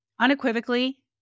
unequivocally